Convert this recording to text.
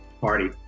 Party